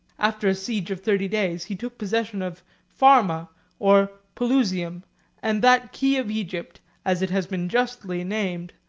after a siege of thirty days, he took possession of farmah or pelusium and that key of egypt, as it has been justly named,